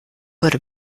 wurde